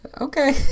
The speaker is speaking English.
Okay